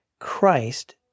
Christ